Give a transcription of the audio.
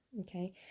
Okay